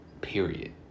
Period